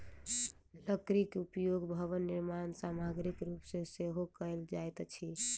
लकड़ीक उपयोग भवन निर्माण सामग्रीक रूप मे सेहो कयल जाइत अछि